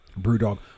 Brewdog